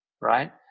right